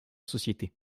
société